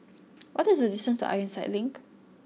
what is the distance to Ironside Link